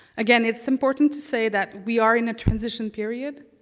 again, it's important to say that we are in a transition period.